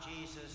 Jesus